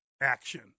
action